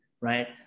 right